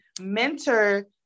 mentor